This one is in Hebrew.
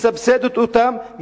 מסבסדת אותם,